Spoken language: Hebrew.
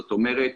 זאת אומרת,